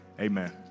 Amen